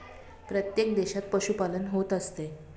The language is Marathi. प्रत्येक देशात पशुपालन होत असते